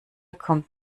kommt